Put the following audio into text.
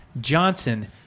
Johnson